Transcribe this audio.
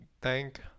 thank